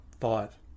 five